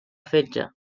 fetge